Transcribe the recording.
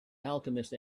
alchemist